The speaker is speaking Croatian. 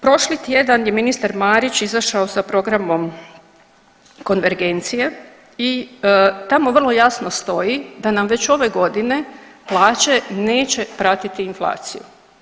Prošli tjedan je ministar Marić izašao sa programom konvergencije i tamo vrlo jasno stoji da nam već ove godine stoji da nam plaće neće pratiti inflaciju.